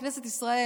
בכנסת ישראל,